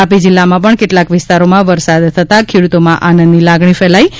તાપી જિલ્લામાં પણ કેટલાક વિસ્તારોમાં વરસાદ થતાં ખેડૂતોમાં આનંદની લાગણી ફેલાઇ છે